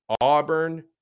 Auburn